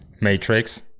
matrix